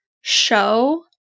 show